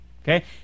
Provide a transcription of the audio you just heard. Okay